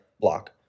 block